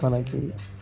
మనకి